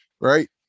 right